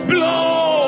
Blow